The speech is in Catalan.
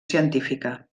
científica